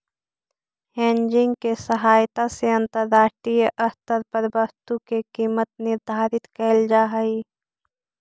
hedging के सहायता से अंतरराष्ट्रीय स्तर पर वस्तु के कीमत निर्धारित कैल जा हई